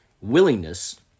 Willingness